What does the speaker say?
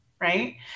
right